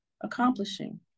accomplishing